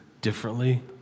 differently